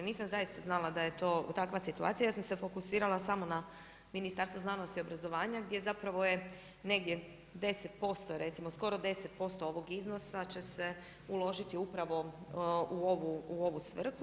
Nisam zaista znala da je to takva situacija, ja sam se fokusirala samo na Ministarstvo znanosti i obrazovanja, gdje zapravo je negdje 10% recimo, skoro 10% ovog iznosa će se uložiti upravo u ovu svrhu.